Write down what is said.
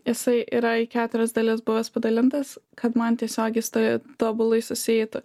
jisai yra į keturias dalis buvęs padalintas kad man tiesiog jis sto tobulai susieitų